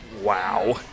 wow